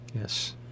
Yes